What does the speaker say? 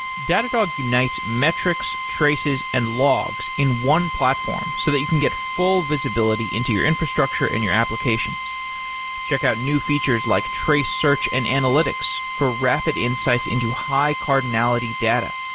datadog unites metrics, traces and logs in one platform, so that you can get full visibility into your infrastructure in your applications check out new features, like trace, search and analytics for rapid insights into high cardinality data,